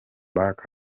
back